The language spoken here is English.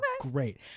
great